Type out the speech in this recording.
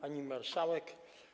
Pani Marszałek!